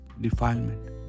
defilement